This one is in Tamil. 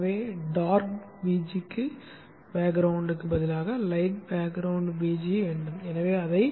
எனவே டார்க் பி ஜிக்கு பதிலாக லைட் பி ஜி வேண்டும் பின்னர் அதை